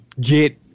get